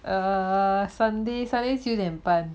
err sunday sunday 九点半